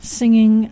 singing